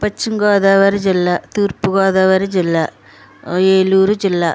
పశ్చిమ గోదావరి జిల్లా తూర్పు గోదావరి జిల్లా ఏలూరు జిల్లా